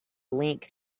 link